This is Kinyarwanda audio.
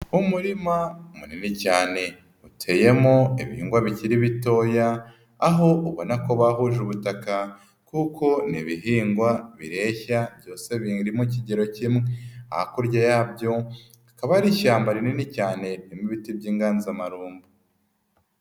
Umurima munini cyane uteyemo ibihingwa bikiri bitoya, aho ubona ko bahuje ubutaka kuko ni ibihingwa bireshya byose biri mu kigero kimwe, hakurya yabyo hakaba hari ishyamba rinini cyane rirmo ibiti by'inganzamarumbo.